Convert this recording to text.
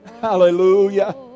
Hallelujah